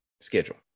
schedule